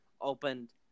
opened